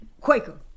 Quaker